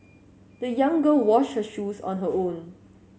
the young girl washed her shoes on her own